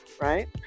right